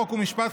חוק ומשפט,